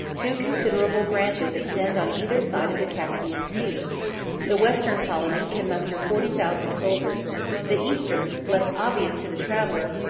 two considerable branches extend on either side of the caspian sea the western colony can muster forty thousand soldiers the eastern, less obvious to the traveller,